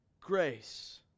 grace